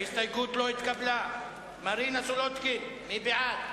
ההסתייגויות של חבר הכנסת זאב בילסקי לסעיף 18,